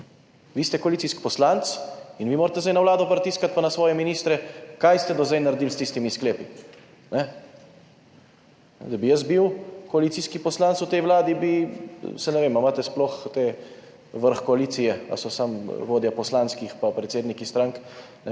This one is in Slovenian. Vi ste koalicijski poslanec in vi morate zdaj na Vlado pritiskati pa na svoje ministre, kaj ste do zdaj naredili s tistimi sklepi, ne. Da bi jaz bil koalicijski poslanec v tej Vladi, bi, saj ne vem ali imate sploh te vrh koalicije, ali so samo vodje poslanskih pa predsedniki strank, v